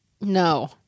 No